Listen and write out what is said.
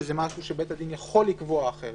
שזה משהו שבית הדין יכול לקבוע אחרת.